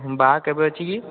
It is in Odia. ବାହା କେବେ ଅଛି କି